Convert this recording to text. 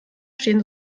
stehen